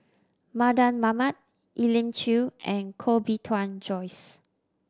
Mardan Mamat Elim Chew and Koh Bee Tuan Joyce